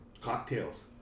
cocktails